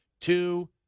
Two